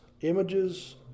images